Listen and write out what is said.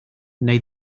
neu